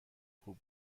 خوب